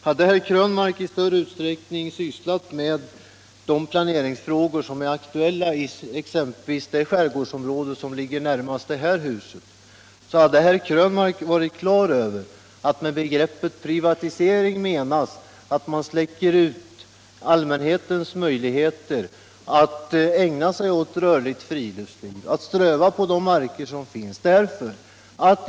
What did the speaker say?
Om herr Krönmark i större utsträckning sysslat med de planeringsfrågor som är aktuella exempelvis i det skärgårdsområde som ligger närmast det här huset, så hade han varit på det klara med att med begreppet privatisering menas att man berövar allmänheten dess möjligheter att ägna sig åt rörligt friluftsliv och att ströva på de marker som finns.